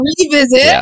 revisit